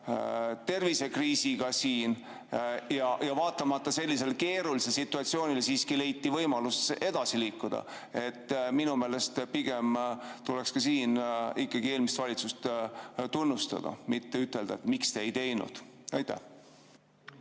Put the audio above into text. tervisekriisiga, ja vaatamata sellisele keerulisele situatsioonile siiski leiti võimalus edasi liikuda. Minu meelest pigem tuleks siin ikkagi eelmist valitsust tunnustada, mitte ütelda, et miks te ei teinud. Aitäh!